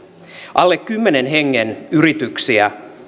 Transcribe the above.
alle kymmenen hengen yrityksiä